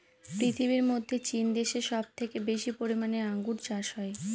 পৃথিবীর মধ্যে চীন দেশে সব থেকে বেশি পরিমানে আঙ্গুর চাষ হয়